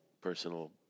personal